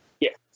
Yes